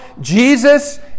Jesus